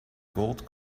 gold